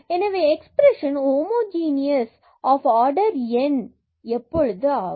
எனவே expression homogeneous என்று order ஆகும்